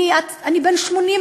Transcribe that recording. אני בן 80,